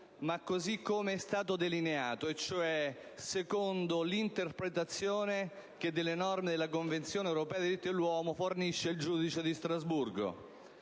ma così com'è stata delineata, cioè secondo l'interpretazione che delle norme della Convenzione europea dei diritti dell'uomo fornisce il giudice di Strasburgo.